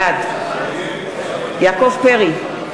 בעד יעקב פרי,